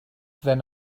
then